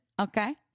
Okay